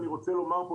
אני רוצה לומר פה,